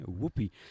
Whoopi